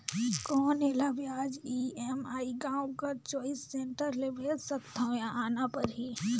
कौन एला ब्याज ई.एम.आई गांव कर चॉइस सेंटर ले भेज सकथव या आना परही?